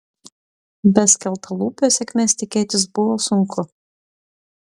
be skeltalūpio sėkmės tikėtis buvo sunku